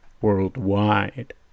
worldwide